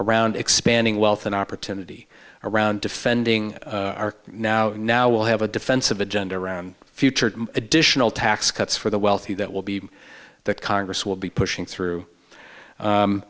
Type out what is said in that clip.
around expanding wealth and opportunity around defending our now and now we'll have a defensive agenda around future additional tax cuts for the wealthy that will be the congress will be pushing through